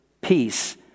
peace